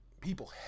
People